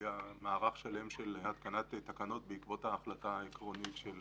היה מערך שלם של התקנת תקנות בעקבות ההחלטה העקרונית של